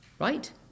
right